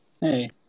Hey